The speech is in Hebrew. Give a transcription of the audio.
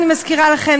אני מזכירה לכם,